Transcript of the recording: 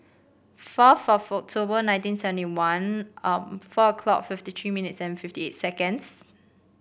four October nineteen seventy one four o'clock fifty tree minutes and fifty eight seconds